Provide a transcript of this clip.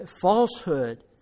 falsehood